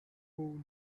cool